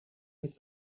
with